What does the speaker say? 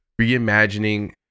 reimagining